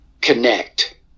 connect